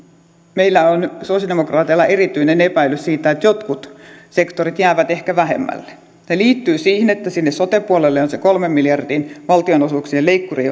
meillä sosiaalidemokraateilla on erityinen epäily siitä että jotkut sektorit jäävät ehkä vähemmälle se liittyy siihen että sinne sote puolelle on se kolmen miljardin valtionosuuksien leikkuri